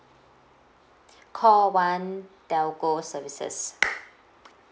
call one telco services